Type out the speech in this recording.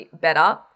better